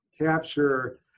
capture